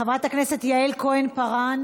חברת הכנסת יעל כהן-פארן,